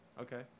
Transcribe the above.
Okay